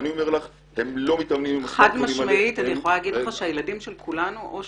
אני אומר לך שהן לא מתאמנים עם טלפונים עליהם.